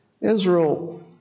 Israel